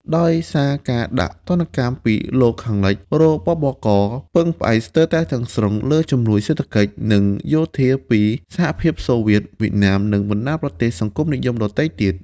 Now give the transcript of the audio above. ដោយសារការដាក់ទណ្ឌកម្មពីលោកខាងលិច រ.ប.ប.ក. ពឹងផ្អែកស្ទើរតែទាំងស្រុងលើជំនួយសេដ្ឋកិច្ច និងយោធាពីសហភាពសូវៀត វៀតណាម និងបណ្ដាប្រទេសសង្គមនិយមដទៃទៀត។